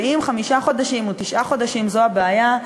ואם חמישה חודשים או תשעה חודשים זו הבעיה,